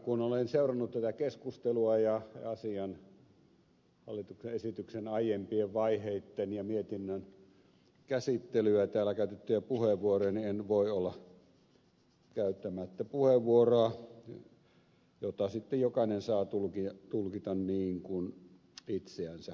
kun olen seurannut tätä keskustelua ja hallituksen esityksen aiempien vaiheitten ja mietinnön käsittelyä täällä käytettyjä puheenvuoroja niin en voi olla käyttämättä puheenvuoroa jota sitten jokainen saa tulkita niin kuin itseänsä huvittaa